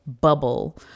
bubble